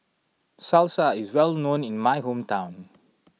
Salsa is well known in my hometown